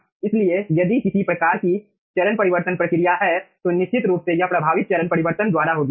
इसलिए यदि किसी प्रकार की चरण परिवर्तन प्रक्रिया है तो निश्चित रूप से यह प्रभावित चरण परिवर्तन द्वारा होगी